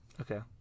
Okay